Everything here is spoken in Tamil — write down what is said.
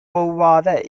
கொவ்வாத